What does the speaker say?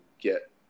get